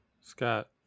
Scott